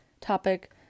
topic